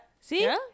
see